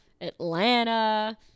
Atlanta